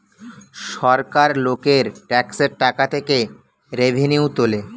সরকার লোকের ট্যাক্সের টাকা থেকে রেভিনিউ তোলে